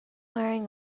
wearing